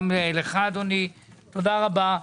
גם לך, אדוני, תודה רבה.